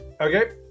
Okay